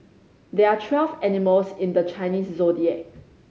there are twelve animals in the Chinese Zodiac